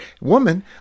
Woman